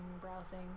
browsing